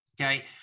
okay